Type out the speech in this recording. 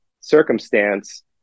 circumstance